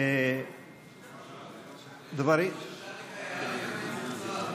אם אפשר,